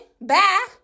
Bye